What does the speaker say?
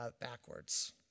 backwards